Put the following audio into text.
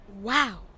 Wow